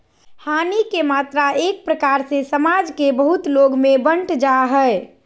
हानि के मात्रा एक प्रकार से समाज के बहुत लोग में बंट जा हइ